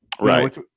right